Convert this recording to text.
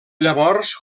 llavors